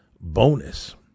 bonus